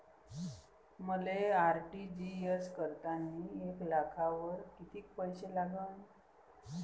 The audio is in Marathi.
मले आर.टी.जी.एस करतांनी एक लाखावर कितीक पैसे लागन?